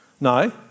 No